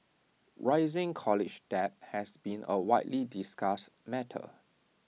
rising college debt has been A widely discussed matter